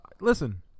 Listen